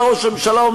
בא ראש הממשלה,